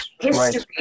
history